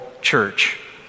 church